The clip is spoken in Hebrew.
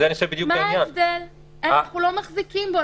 זה בדיוק העניין --- אנחנו לא מחזיקים בו,